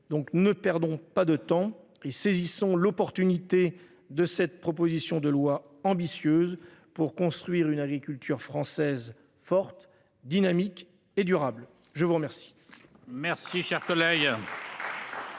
Donc ne perdons pas de temps et saisissons l'opportunité de cette proposition de loi ambitieuse pour construire une agriculture française forte dynamique et durable. Je vous remercie.